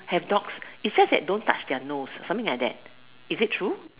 have dogs is just that don't touch their nose something like that is it true